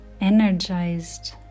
energized